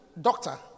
doctor